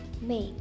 make